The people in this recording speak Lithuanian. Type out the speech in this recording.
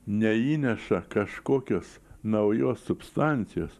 neįneša kažkokios naujos substancijos